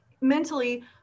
mentally